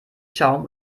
schaum